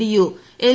D U L